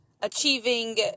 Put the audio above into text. achieving